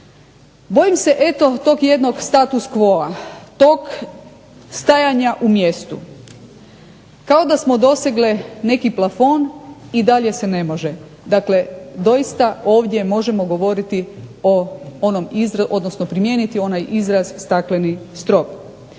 Bojim se eto tog jednog status quo-a, tog stajanja u mjestu. Kao da smo dosegle neki plafon i dalje se ne može. Dakle doista ovdje možemo govoriti o onom, odnosno primijeniti onaj izraz stakleni strop.